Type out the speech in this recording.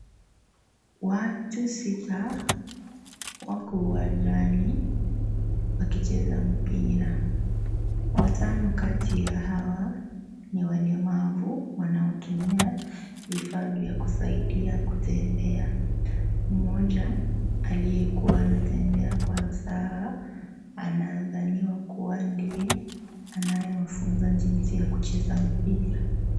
Watu sita wapo uwanjani wakicheza mpira , watano kati ya hawa ni walemavu wanaotumia vifaa vya kusaidia kutembea . Mmoja aliyekuwa anatembea kwa usawa anadhaniwa kuwa ndiye anayewafunza jinsi ya kucheza mpira.